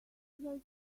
they